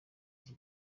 iki